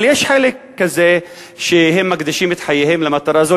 אבל יש חלק שמקדישים את חייהם למטרה הזאת